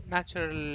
Natural